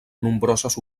nombroses